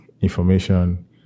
information